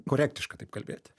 korektiška taip kalbėti